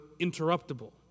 interruptible